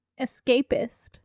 escapist